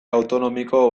autonomiko